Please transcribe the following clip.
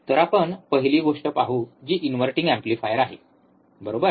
तर आपण पहिली गोष्ट पाहू जी इन्व्हर्टिंग एम्पलीफायर आहे बरोबर